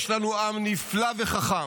יש לנו עם נפלא וחכם,